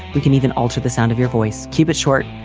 we can even alter the sound of your voice. keep it short.